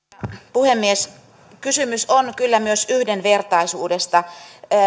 puhemies kysymys on kyllä myös yhdenvertaisuudesta